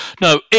No